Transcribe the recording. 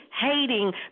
hating